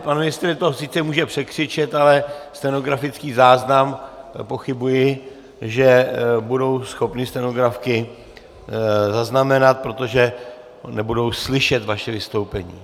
Pan ministr to sice může překřičet, ale stenografický záznam, pochybuji, že budou schopny stenografky zaznamenat, protože nebudou slyšet vaše vystoupení.